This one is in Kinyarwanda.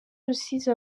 rusizi